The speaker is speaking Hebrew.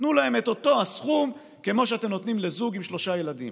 תנו להם את אותו הסכום כמו שאתם נותנים לזוג עם שלושה ילדים.